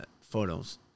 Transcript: photos